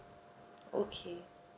okay